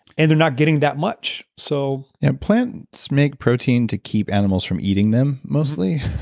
and they're not getting that much so and plants make protein to keep animals from eating them, mostly.